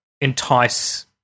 entice